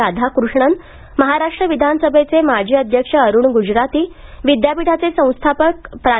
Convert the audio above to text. राधाकृष्णन महाराष्ट्र विधानसभेचे माजी अध्यक्ष अरुण गुजराती विद्यापीठाचे संस्थापक प्रा